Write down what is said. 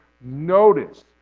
notice